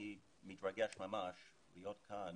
אני מתרגש להיות כאן